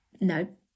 No